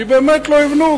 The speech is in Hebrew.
כי באמת לא יבנו,